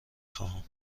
خواهم